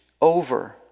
over